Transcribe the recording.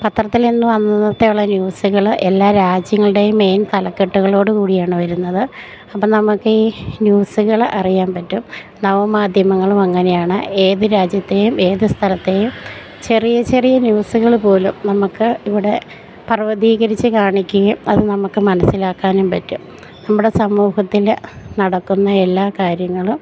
പത്രത്തില്നിന്നും അന്നന്നത്തെ ഉള്ള ന്യൂസ്കള് എല്ലാ രാജ്യങ്ങളുടെയും മെയിൻ തലക്കെട്ടുകളോട് കൂടിയാണ് വരുന്നത് അപ്പം നമുക്ക് ഈ ന്യൂസുകള് അറിയാൻ പറ്റും നവമാധ്യമങ്ങളും അങ്ങനെയാണ് ഏത് രാജ്യത്തെയും ഏത് സ്ഥലത്തെയും ചെറിയ ചെറിയ ന്യൂസ്കള് പോലും നമുക്ക് ഇവിടെ പർവതീകരിച്ച് കാണിക്കുകയും അത് നമുക്ക് മനസ്സിലാക്കാനും പറ്റും നമ്മുടെ സമൂഹത്തിൽ നടക്കുന്ന എല്ലാ കാര്യങ്ങളും